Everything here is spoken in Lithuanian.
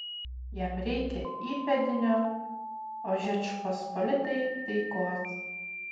jam reikia įpėdinio o žečpospolitai taikos